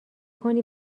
کنی